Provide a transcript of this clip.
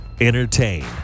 Entertain